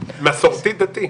מסורתי דתי?